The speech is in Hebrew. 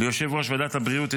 ליושב-ראש ועדת הבריאות,